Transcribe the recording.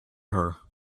her